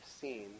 seen